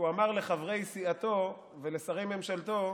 הוא אמר לחברי סיעתו ולשרי ממשלתו: